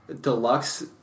deluxe